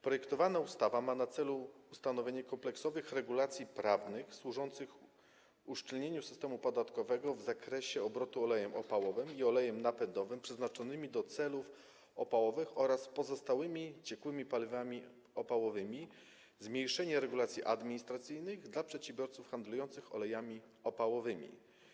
Projektowana ustawa ma na celu ustanowienie kompleksowych regulacji prawnych służących uszczelnieniu systemu podatkowego w zakresie obrotu olejem opałowym i olejem napędowym, przeznaczonymi do celów opałowych, oraz pozostałymi ciekłymi paliwami opałowymi, a także zmniejszenie regulacji administracyjnych dla przedsiębiorców handlujących olejami opałowymi.